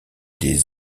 des